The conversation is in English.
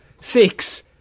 Six